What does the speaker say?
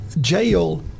jail